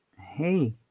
hey